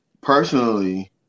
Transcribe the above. Personally